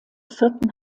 vierten